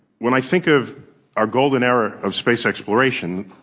when i think of our golden era of space exploration,